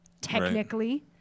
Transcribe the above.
Technically